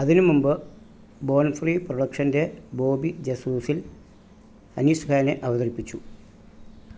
അതിന് മുമ്പ് Born Free പ്രൊഡക്ഷൻ്റെ ബോബി ജസൂസിൽ അനീസ് ഖാനെ അവതരിപ്പിച്ചു